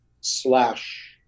slash